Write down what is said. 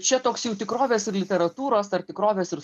čia toks jau tikrovės ir literatūros tarp tikrovės ir